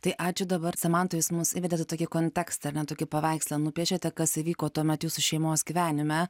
tai ačiū dabar samanta jūs mus įvedėt į tokį kontekstą ar ne tokį paveikslą nupiešėte kas įvyko tuomet jūsų šeimos gyvenime